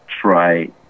try